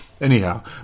anyhow